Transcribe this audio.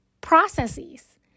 processes